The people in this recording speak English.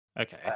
Okay